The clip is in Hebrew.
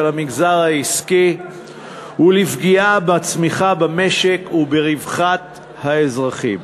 המגזר העסקי ולפגיעה בצמיחה במשק וברווחת האזרחים.